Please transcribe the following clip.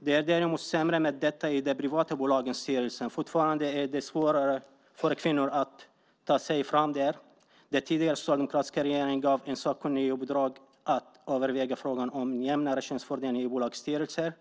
Det är däremot sämre med detta i de privata bolagens styrelser. Fortfarande är det svårare för kvinnor att ta sig fram där. Den tidigare, socialdemokratiska regeringen gav en sakkunnig i uppdrag att överväga frågan om en jämnare könsfördelning i bolagsstyrelser.